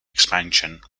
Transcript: expansion